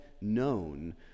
known